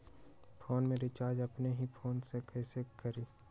Phone में recharge अपने ही फ़ोन से कईसे करी?